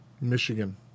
Michigan